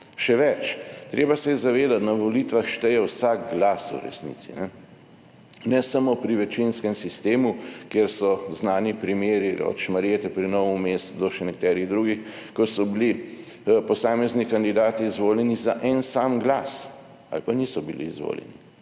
Še več, treba se je zavedati, na volitvah šteje vsak glas, v resnici, ne samo pri večinskem sistemu, kjer so znani primeri od Šmarjete pri / nerazumljivo/ do še nekaterih drugih, ko so bili posamezni kandidati izvoljeni za en sam glas ali pa niso bili izvoljeni